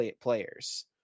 players